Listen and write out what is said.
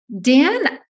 Dan